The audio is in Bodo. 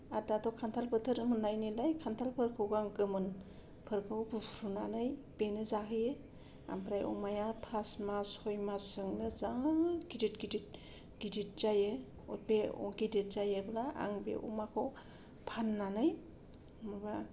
आर दाथ' खान्थाल बोथोर मोननायनिलाय खान्थालफोरखौबो आं गोमोनफोरखौ बुफ्रुनानै बेनो जाहोयो ओमफ्राय अमाया फास मास सय मासजोंनो जा गिदिद गिदिद गिदिद जायो बे गिदिद जायोब्ला आं बे अमाखौ फाननानै माबा